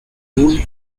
rule